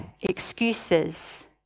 excuses